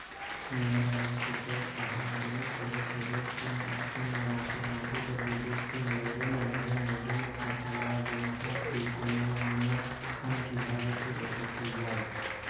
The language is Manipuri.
ꯃꯤꯅꯥꯟꯗꯔ ꯁꯨꯠꯇꯔ ꯑꯍꯥꯟꯕ ꯅꯠꯇ꯭ꯔꯒ ꯁꯦꯚꯤꯌꯔ ꯀꯤꯡ ꯑꯁꯤꯅ ꯃꯐꯝ ꯑꯗꯨꯗ ꯕꯨꯙꯤꯁꯁꯤꯡ ꯂꯩꯕꯅ ꯃꯔꯝ ꯑꯣꯏꯗꯨꯅ ꯁꯀꯂꯥꯕꯨ ꯃꯍꯥꯛꯀꯤ ꯀꯣꯅꯨꯡ ꯑꯣꯏꯅ ꯈꯟꯈꯤ ꯍꯥꯏꯕꯁꯤ ꯑꯣꯏꯊꯣꯛꯄ ꯌꯥꯏ